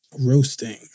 Roasting